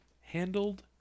handled